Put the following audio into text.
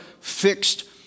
fixed